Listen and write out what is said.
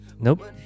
nope